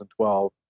2012